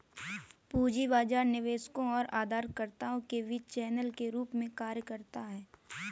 पूंजी बाजार निवेशकों और उधारकर्ताओं के बीच चैनल के रूप में कार्य करता है